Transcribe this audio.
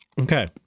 Okay